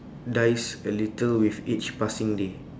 dies a little with each passing day